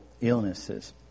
illnesses